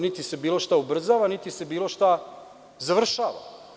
Niti se bilo šta ubrzava, niti se bilo šta završava.